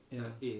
ya